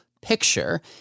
picture